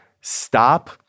stop